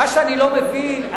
מה שאני לא מבין,